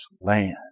land